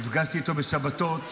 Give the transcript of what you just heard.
נפגשתי איתו בשבתות.